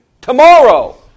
Tomorrow